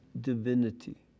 divinity